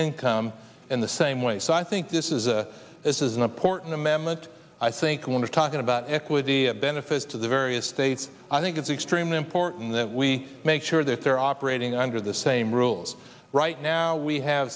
income in the same way so i think this is a this is an important amendment i think we're talking about equity of benefits to the various states i think it's extremely important that we make sure that they're operating under the same rules right now we have